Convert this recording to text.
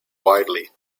widely